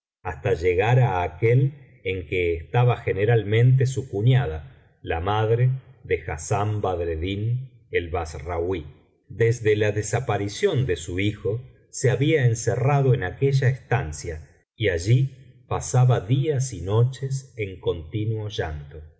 hasta llegar á aquel en que estaba generalmente su cuñada la madre de hassán'badreddin el bassrauí desde la desaparición ele su hijo se había encerrado en aquella estancia y allí pasaba días y no biblioteca valenciana generalitat valenciana las mil noches y una noche ches en continuo llanto